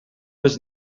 was